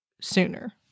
sooner